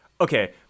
okay